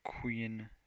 queen